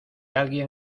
alguien